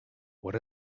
what